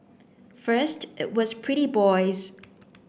first it was pretty boys